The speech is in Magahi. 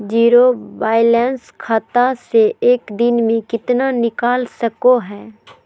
जीरो बायलैंस खाता से एक दिन में कितना निकाल सको है?